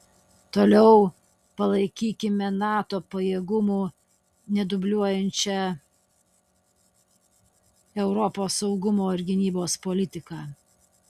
toliau palaikykime nato pajėgumų nedubliuojančią europos saugumo ir gynybos politiką